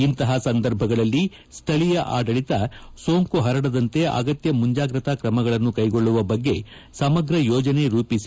ಇಂತಹ ಸಂದರ್ಭಗಳಲ್ಲಿ ಸ್ಥಳೀಯ ಆಡಳಿತ ಸೋಂಕು ಹರಡದಂತೆ ಅಗತ್ಯ ಮುಂಜಾಗ್ರತಾ ಕ್ರಮಗಳನ್ನು ಕೈಗೊಳ್ಳವ ಬಗ್ಗೆ ಸಮಗ್ರ ಯೋಜನೆ ರೂಪಿಸಿ